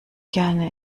gerne